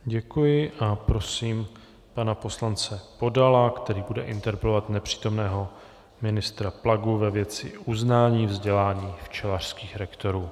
Děkuji a prosím pana poslance Podala, který bude interpelovat nepřítomného ministra Plagu ve věci uznání vzdělání včelařských lektorů.